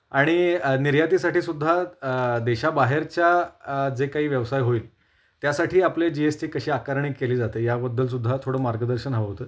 आणि निर्यातीसाठीसुद्धा देशाबाहेरच्या जे काही व्यवसाय होईल त्यासाठी आपले जी एस टी कशी आकारणी केली जाते याबद्दलसुद्धा थोडं मार्गदर्शन हवं होतं